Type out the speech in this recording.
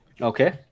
Okay